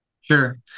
Sure